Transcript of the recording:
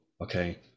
Okay